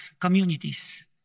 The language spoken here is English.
communities